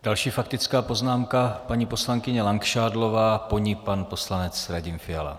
Další faktická poznámka, paní poslankyně Langšádlová, po ní pan poslanec Radim Fiala.